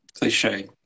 cliche